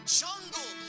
jungle